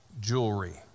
jewelry